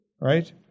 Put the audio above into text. right